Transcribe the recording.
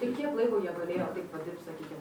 ir kiek laiko jie galėjo taip vat dirbt sakykim